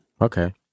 Okay